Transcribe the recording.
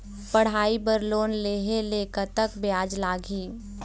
पढ़ई बर लोन लेहे ले कतक ब्याज लगही?